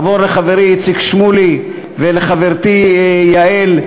עבור לחברי איציק שמולי ולחברתי יעל,